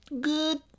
Good